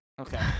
Okay